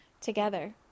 together